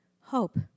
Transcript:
hope